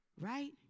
Right